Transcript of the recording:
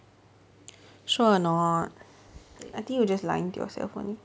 sure or not I think you're just lying to yourself only